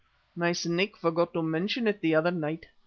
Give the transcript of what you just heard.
my snake forgot to mention it the other night.